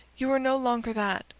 you are no longer that,